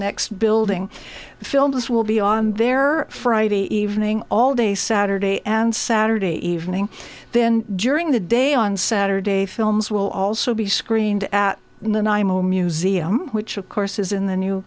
next building the films will be on there friday evening all day saturday and saturday evening then during the day on saturday films will also be screened at the ny mo museum which of course is in the new